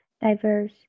diverse